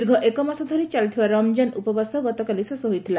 ଦୀର୍ଘ ଏକ ମାସ ଧରି ଚାଲିଥିବା ରମ୍ଜାନ ଉପବାସ ଗତକାଲି ଶେଷ ହୋଇଥିଲା